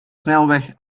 snelweg